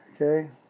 Okay